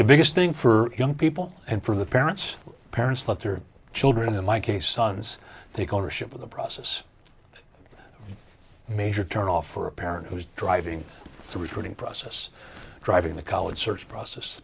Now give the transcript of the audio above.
the biggest thing for young people and for the parents parents let their children in my case sons take ownership of the process a major turn off for a parent who is driving through recruiting process driving the college search process